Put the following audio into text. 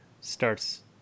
starts